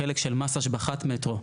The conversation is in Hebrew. החלק של מס השבחת מטרו,